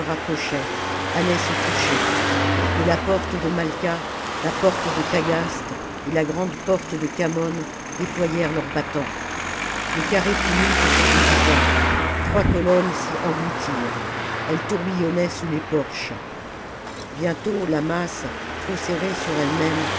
allaient se toucher mais la porte de malqua la porte de tagaste et la grande porte de khamon déployèrent leurs battants le carré punique se divisa trois colonnes s'y engloutirent elles tourbillonnaient sous les porches bientôt la masse trop serrée sur elle-même